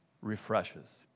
refreshes